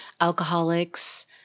alcoholics